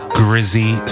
grizzy